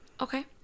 Okay